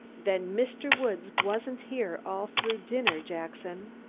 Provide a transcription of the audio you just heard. then mr. woods wasn't here all through dinner, jackson?